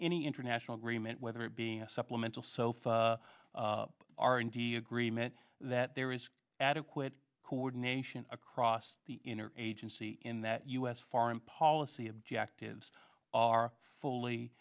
any international agreement whether it be a supplemental sofa r and d agreement that there is adequate coordination across the inner agency in that us foreign policy objectives are fully